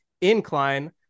INCLINE